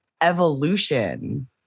evolution